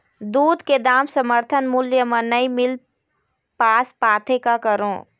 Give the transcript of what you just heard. दूध के दाम समर्थन मूल्य म नई मील पास पाथे, का करों?